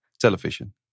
television